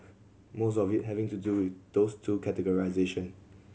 most of it having to do with those two categorisation